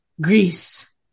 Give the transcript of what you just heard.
Greece